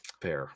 fair